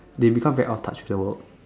they become very out touched with the world